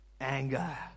anger